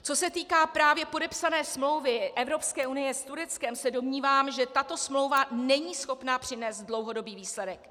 Co se týká právě podepsané smlouvy EU s Tureckem, se domnívám, že tato smlouva není schopna přinést dlouhodobý výsledek.